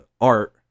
art